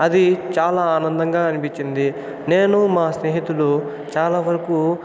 అది చాలా ఆనందంగా అనిపించింది నేను మా స్నేహితులు చాలావరుకు